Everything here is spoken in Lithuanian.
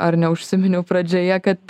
ar neužsiminiau pradžioje kad